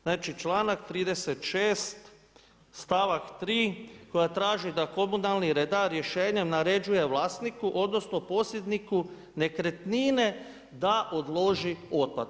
Znači članak 36. stavak 3. koja traži da komunalni redar rješenjem naređuje vlasniku, odnosno posjedniku nekretnine da odloži otpad.